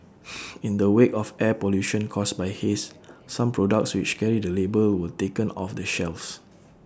in the wake of air pollution caused by haze some products which carry the label were taken off the shelves